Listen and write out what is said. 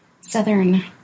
southern